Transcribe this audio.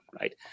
right